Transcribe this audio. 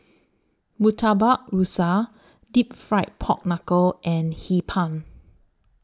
Murtabak Rusa Deep Fried Pork Knuckle and Hee Pan